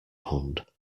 pond